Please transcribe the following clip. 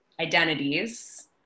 identities